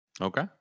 Okay